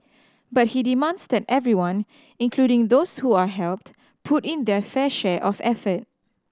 but he demands that everyone including those who are helped put in their fair share of effort